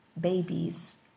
babies